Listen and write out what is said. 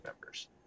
members